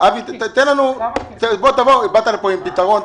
אבי, באת לכאן עם פתרון?